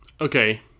Okay